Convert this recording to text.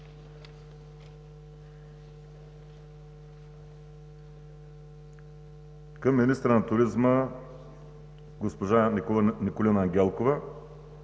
Към министъра на туризма госпожа Николина Ангелкова